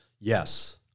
Yes